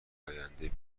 آینده